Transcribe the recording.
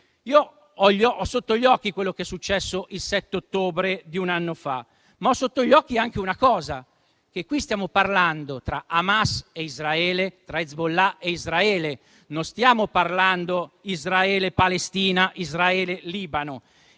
Ho sotto gli occhi quello che è successo il 7 ottobre di un anno fa, ma ho sotto gli occhi anche che qui stiamo parlando tra Hamas e Israele, tra Hezbollah e Israele. Non stiamo parlando di Israele e Palestina, di Israele e Libano.